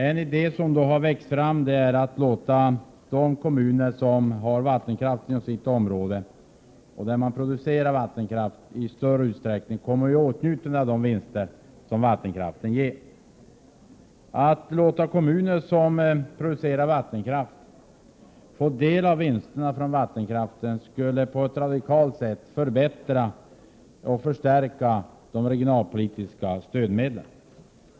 En idé som då har växt fram är att låta de kommuner, där man inom kommunens område producerar vattenkraft, i större utsträckning komma i åtnjutande av de vinster som vattenkraften ger. Att låta kommuner som producerar vattenkraft få del av vinsterna från denna skulle på ett radikalt sätt förbättra och förstärka de regionalpolitiska stödmedlen.